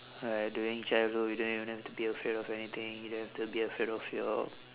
uh during childhood you don't even have to be afraid of anything you don't have to be afraid of your